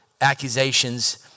accusations